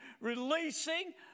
releasing